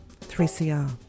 3CR